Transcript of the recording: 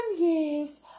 years